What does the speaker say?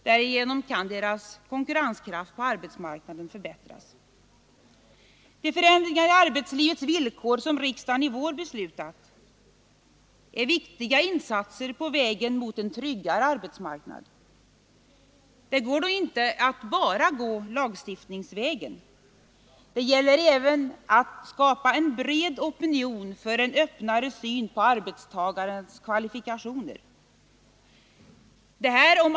Därigenom kan deras konkurrenskraft på arbetsmarknaden förbättras. De förändringar i arbetslivets villkor som riksdagen i vår beslutat om är viktiga insatser på vägen mot en tryggare arbetsmarknad. Det räcker dock inte att bara gå lagstiftningsvägen. Det gäller även att skapa en bred opinion för en öppnare syn på arbetstagarens kvalifikationer.